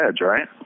right